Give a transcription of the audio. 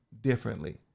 differently